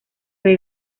fue